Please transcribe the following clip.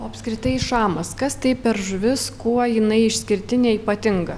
o apskritai šamas kas tai per žuvis kuo jinai išskirtinė ypatinga